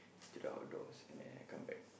to the outdoors and then I come back